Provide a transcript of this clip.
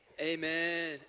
Amen